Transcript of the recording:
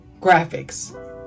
graphics